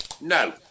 No